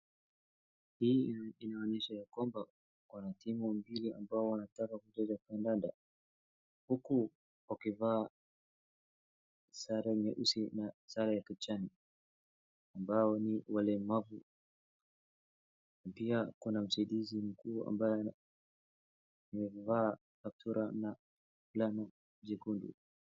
Hii inaonyesha ya kwamba, kuna timu mbili ambayo wanataka kucheza kandanda huku wakivaa sare nyeusi na sare ya kijani ambao ni walemavu, pia kuna msaidizi mkuu ambaye amevaa kaptura na fulana jekundu.